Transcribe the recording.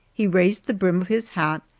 he raised the brim of his hat,